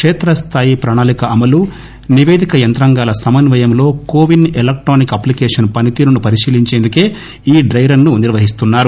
క్షేత్ర స్థాయి ప్రణాళిక అమలు నిపేదిక యంత్రాంగాల సమన్వయంలో కోవిస్ ఎలక్టానిక్ అప్లికేషన్ పనితీరును పరిశీలించేందుకే ఈ డ్డైరన్ ను నిర్వహిస్తున్నారు